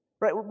Right